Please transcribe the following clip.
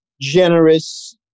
generous